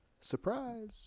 Surprise